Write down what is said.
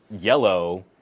yellow